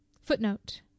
Footnote